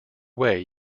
way